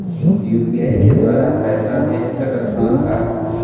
UPI के द्वारा पैसा भेज सकत ह का?